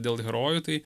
dėl herojų tai